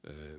dem